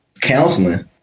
counseling